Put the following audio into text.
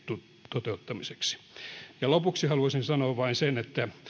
toteuttamiseksi lopuksi haluaisin sanoa vain sen että